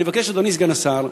אני מבקש, אדוני סגן השר,